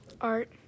Art